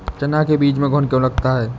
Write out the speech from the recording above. चना के बीज में घुन क्यो लगता है?